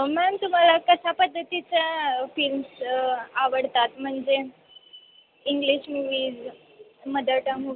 ma'am तुम्हाला कशा पद्धतीच्या फिल्म्स आवडतात म्हणजे इंग्लिश मूवीज मदरटंग मूवीज